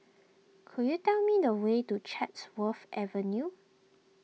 could you tell me the way to Chatsworth Avenue